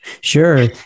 Sure